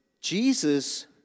Jesus